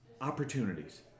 opportunities